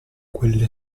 quelle